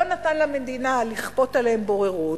לא נתן למדינה לכפות עליהם בוררות,